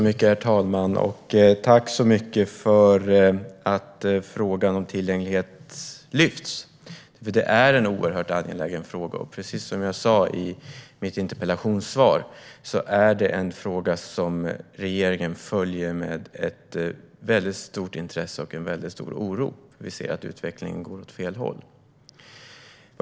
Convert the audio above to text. Herr talman! Jag tackar för att frågan om tillgänglighet lyfts upp, för detta är en oerhört angelägen fråga. Precis som jag sa i mitt interpellationssvar är det en fråga som regeringen följer med stort intresse och med stor oro. Vi ser att utvecklingen går åt fel håll.